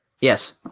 yes